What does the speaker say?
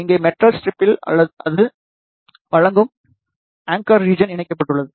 இங்கே மெட்டல் ஸ்ட்ரிப்பில் அது வழங்கும் ஆங்கர் ரீஜியனுடன் இணைக்கப்பட்டுள்ளது